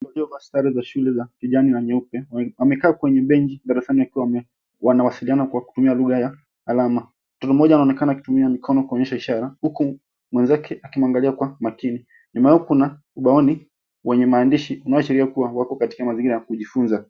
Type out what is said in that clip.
Walio vaa sare za shule za kijani na nyeupe, wamekaa kwenye benchi darasani wakiwa wana wasiliana kwa kutumia lugha ya alama. Mtoto mmoja anaonekana akitumia mikono kwenye ishara uku mwenzake akimwangalia kwa makini. Nyuma yao kuna ubaoni wenye maandishi inayo ashiria wako katika mazingira ya kujifunza.